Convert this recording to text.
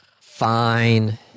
Fine